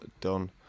done